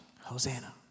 Hosanna